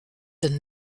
een